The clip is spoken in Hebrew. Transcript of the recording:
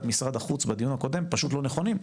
משרד החוץ בדיון הקודם פשוט לא נכונים.